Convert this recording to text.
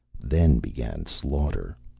then began slaughter.